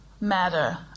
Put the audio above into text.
matter